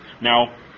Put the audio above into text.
Now